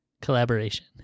collaboration